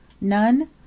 None